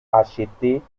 achetés